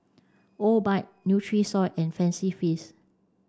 Obike Nutrisoy and Fancy Feast